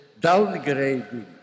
downgrading